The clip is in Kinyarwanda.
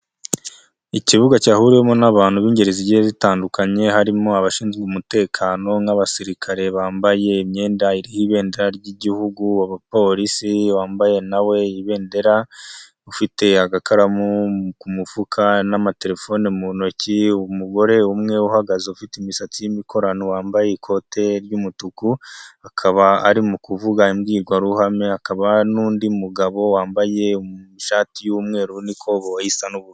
Ikibuga cyahuriwemo n'abantu b'ingeri zigiye zitandukanye, harimo abashinzwe umutekano nk'abasirikare, bambaye imyenda iriho ibendera ry'igihugu, abapolisi bambaye nabo imyabaro iriho ibendera, afite agakaramu ku mufuka n'amaterefone mu ntoki. Umugore umwe uhagaze ufite imisats y'imikorano, yambaye ikote ry'umutuku, akaba ari kuvuga imbwirwaruhame. Hakaba n'undi mugabo wambaye ishati y'umweru n'ikoboyi isa n'buru.